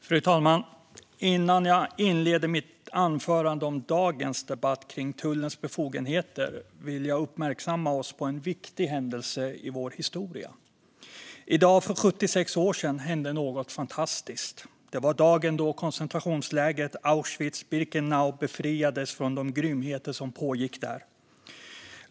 Fru talman! Innan jag inleder mitt anförande i dagens debatt kring tullens befogenheter vill jag uppmärksamma oss på en viktig händelse i vår historia. I dag för 76 år sedan hände något fantastiskt. Det var dagen då koncentrationslägret Auschwitz-Birkenau befriades från de grymheter som pågick där.